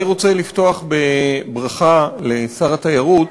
אני רוצה לפתוח בברכה לשר התיירות